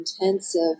intensive